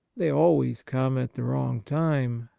they always come at the wrong time,